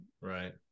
Right